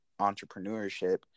entrepreneurship